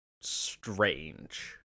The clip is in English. strange